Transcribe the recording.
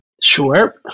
Sure